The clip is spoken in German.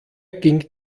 ging